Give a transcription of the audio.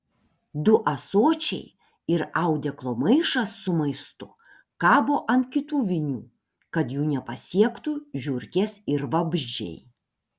du ąsočiai ir audeklo maišas su maistu kabo ant kitų vinių kad jų nepasiektų žiurkės ir vabzdžiai